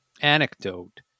anecdote